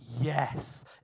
yes